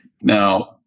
Now